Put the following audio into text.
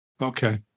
Okay